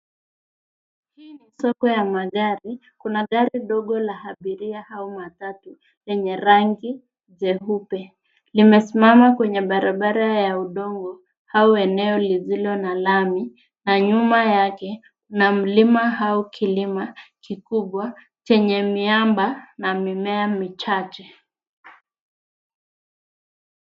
Hili ni soko la magari. Kuna garidogo la abiria au matatu lenye rangi jeupe. Limesimama kwenye barabara ya udongo au eneo lisilo na lami na nyuma yake kuna mlima au kilima kikubwa chenye miamba na mimea michache.